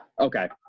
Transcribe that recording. Okay